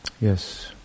Yes